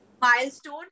milestone